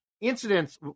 incidents